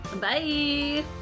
Bye